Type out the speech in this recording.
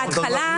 בהתחלה,